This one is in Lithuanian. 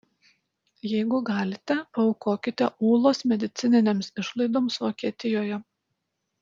jeigu galite paaukokite ūlos medicininėms išlaidoms vokietijoje